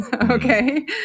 okay